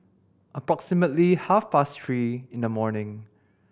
approximately half past three in the morning